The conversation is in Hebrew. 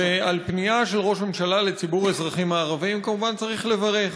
ועל פנייה של ראש ממשלה לציבור האזרחים הערבים כמובן צריך לברך.